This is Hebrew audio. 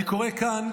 אני קורא כאן.